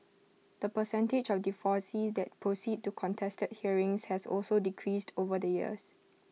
the percentage of divorces that proceed to contested hearings has also decreased over the years